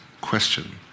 question